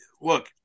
look